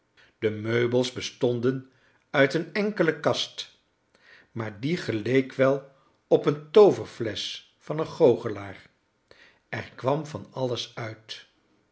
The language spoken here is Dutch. de meubels bestonden uit een enkele kast maar die geleek wel op een tooverflesch van een goochelaar er kwam van alles uit